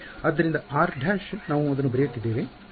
ವಿದ್ಯಾರ್ಥಿ ಆದ್ದರಿಂದ r ′ ನಾವು ಅದನ್ನು ಬರೆಯುತ್ತಿದ್ದೇವೆ